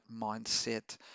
mindset